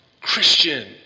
Christian